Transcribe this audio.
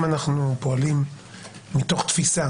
אם אנחנו פועלים מתוך תפיסה